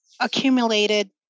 accumulated